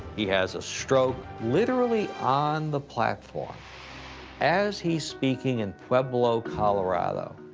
he has a stroke, literally, on the platform as he's speaking in pueblo, colorado.